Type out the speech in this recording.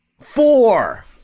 Four